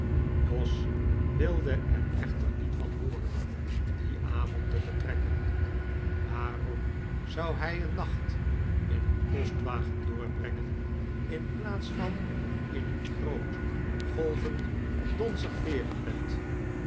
jos wilde er echter niet van hooren dien avond te vertrekken waarom zou hij een nacht in een postwagen doorbrengen in plaats van in een groot golvend donzig veerenbed dat